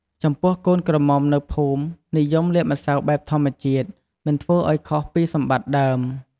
ចំពោះកូនក្រមុំនៅភូមិនិយមលាបម្សៅបែបធម្មជាតិ មិនធ្វើឲ្យខុសពីសម្បត្តិដើម។